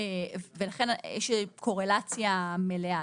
ולכן יש קורלציה מלאה.